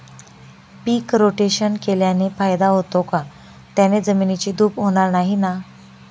पीक rotation केल्याने फायदा होतो का? त्याने जमिनीची धूप होणार नाही ना?